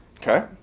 Okay